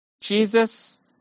Jesus